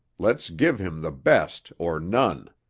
let's give him the best or none